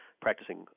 practicing